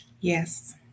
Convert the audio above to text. yes